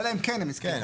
אלא אם כן הם הסכימו אחרת.